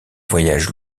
voyage